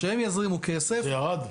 שהם יזרימו כסף --- וזה ירד?